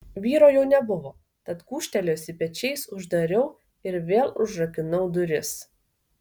vyro jau nebuvo tad gūžtelėjusi pečiais uždariau ir vėl užrakinau duris